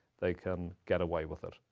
they can get away with it.